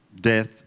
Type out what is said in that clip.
death